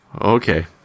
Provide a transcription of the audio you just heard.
Okay